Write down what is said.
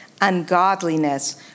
ungodliness